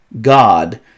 God